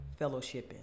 fellowshipping